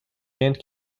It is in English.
and